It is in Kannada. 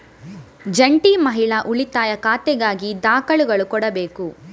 ಜಂಟಿ ಮಹಿಳಾ ಉಳಿತಾಯ ಖಾತೆಗಾಗಿ ದಾಖಲೆಗಳು ಕೊಡಬೇಕು